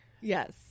Yes